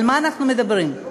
על מה אנחנו מדברים?